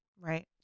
Right